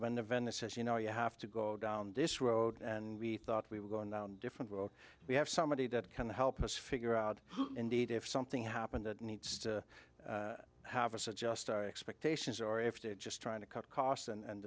when the vendor says you know you have to go down this road and we thought we were going down different world we have somebody that can help us figure out indeed if something happened that needs to how to suggest our expectations or if they're just trying to cut costs and